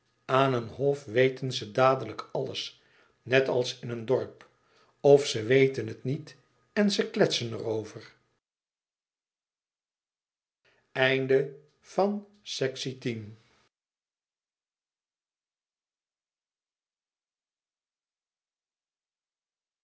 een hof weten ze dadelijk alles net als in een dorp of ze weten het niet en ze kletsen er over